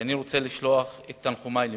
ואני רוצה לשלוח את תנחומי למשפחתו,